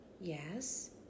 Yes